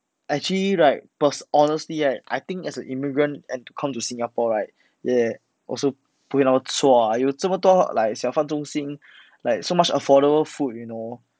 actually right per~ honestly right I think as a immigrant and come to singapore right they also 不会那么 chua 有怎么多 like 小贩中心 like so much affordable food you know